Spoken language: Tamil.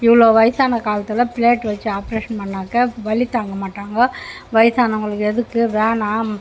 இவ்வளோ வயசான காலத்தில் ப்ளேட் வச்சு ஆப்ரேஷன் பண்ணாக்கா வலி தாங்கமாட்டாங்க வயசானவங்களுக்கு எதுக்கு வேணாம்